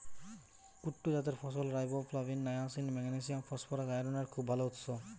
কুট্টু জাতের ফসল riboflavin, niacin, magnesium, phosphorus, আয়রনের খুব ভাল উৎস